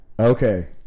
Okay